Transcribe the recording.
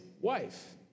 wife